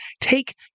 take